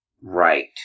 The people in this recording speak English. Right